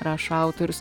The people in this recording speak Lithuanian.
rašo autorius